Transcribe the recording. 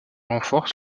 renforcent